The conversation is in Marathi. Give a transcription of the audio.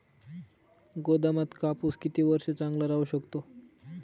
गोदामात कापूस किती वर्ष चांगला राहू शकतो?